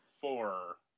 four